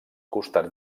costats